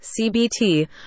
CBT